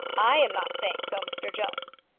i am not saying so, mr jones.